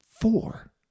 four